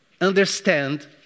understand